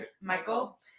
Michael